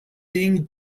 being